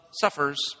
suffers